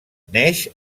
neix